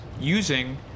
using